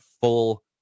full